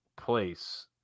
place